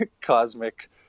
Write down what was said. cosmic